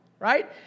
Right